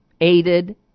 aided